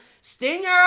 Stinger